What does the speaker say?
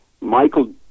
Michael